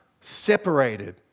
separated